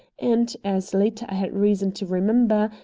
and, as later i had reason to remember,